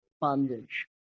bondage